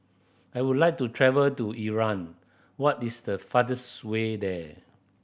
I would like to travel to Iran what is the fastest way there